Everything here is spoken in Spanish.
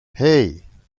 hey